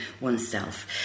oneself